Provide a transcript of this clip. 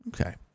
Okay